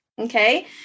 Okay